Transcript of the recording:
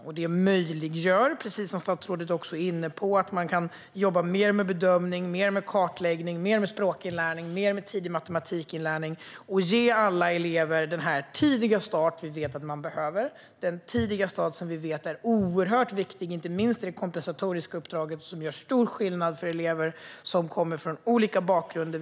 Detta möjliggör, precis som statsrådet också är inne på, att man kan jobba mer med bedömning, kartläggning, språkinlärning och tidig matematikinlärning och ge alla elever den tidiga start som vi vet att de behöver och som är oerhört viktig, inte minst för det kompensatoriska uppdraget. Detta gör stor skillnad för elever som kommer från olika bakgrunder.